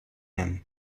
him